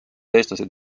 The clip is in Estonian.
eestlased